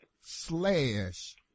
slash